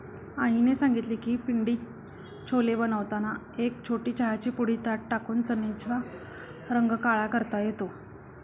आईने सांगितले की पिंडी छोले बनवताना एक छोटी चहाची पुडी त्यात टाकून चण्याचा रंग काळा करता येतो